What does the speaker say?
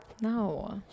No